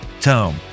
Tome